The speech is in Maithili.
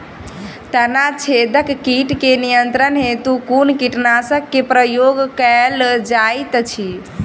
तना छेदक कीट केँ नियंत्रण हेतु कुन कीटनासक केँ प्रयोग कैल जाइत अछि?